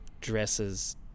dresses